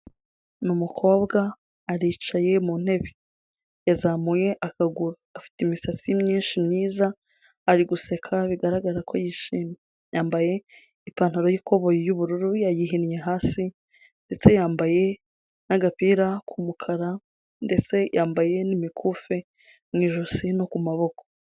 Ni umukobwa aricaye mu ntebe yazamuye akaguru, afite imisatsi myinshi myiza ari guseka bigaragara ko yishimye, yambaye ipantaro y'ikoboyi y'ubururu yayihinnye hasi, ndetse yambaye n'agapira k'umukara, ndetse yambaye n'imikufi mu ijosi no ku maboko.